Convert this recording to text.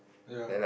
ya